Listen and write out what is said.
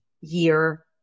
year